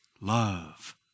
love